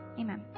Amen